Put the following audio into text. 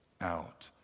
out